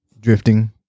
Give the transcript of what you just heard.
drifting